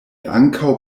ankaŭ